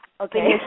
Okay